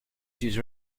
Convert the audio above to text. these